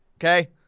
okay